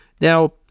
Now